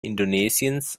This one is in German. indonesiens